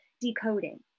decoding